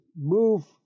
move